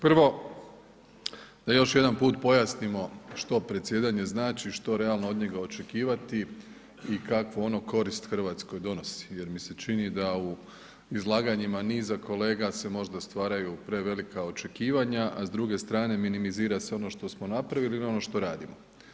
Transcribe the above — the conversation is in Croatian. Prvo, da još jedanput pojasnimo što predsjedanje znači, što realno od njega očekivati i kakvu ono korist Hrvatskoj donosi jer mi se čini da u izlaganjima niza kolega se možda stvaraju prevelika očekivanja, a s druge strane minimizira se ono što smo napravili i ono što radimo.